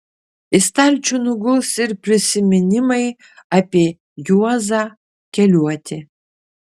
į stalčių nuguls ir prisiminimai apie juozą keliuotį